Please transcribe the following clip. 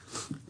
משפחותיהם.